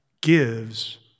gives